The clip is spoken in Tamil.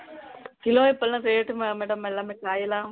கிலோ இப்போவெல்லாம் ரேட்டு மேம் மேடம் எல்லாமே காயெலாம்